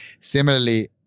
Similarly